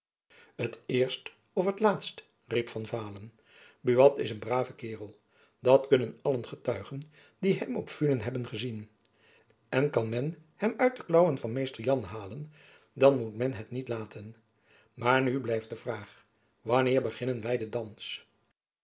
t eerst of het laatst riep van vaalen buat is een brave kaerel dat kunnen allen getuigen die hem op funen hebben gezien en kan men hem uit de klaauwen van mr jan halen dan moet men het niet laten maar nu blijft de vraag wanneer beginnen wy den dans